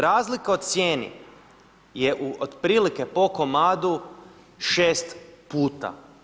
Razlika u cijeni je otprilike po komadu 6 puta.